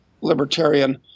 libertarian